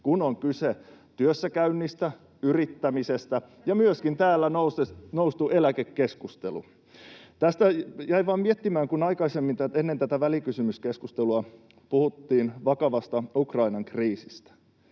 kun on kyse työssäkäynnistä ja yrittämisestä, ja myöskin täällä on noussut eläkekeskustelu. Jäin vain miettimään, kun aikaisemmin, ennen tätä välikysymyskeskustelua puhuttiin vakavasta Ukrainan kriisistä,